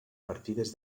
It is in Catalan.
partides